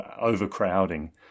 overcrowding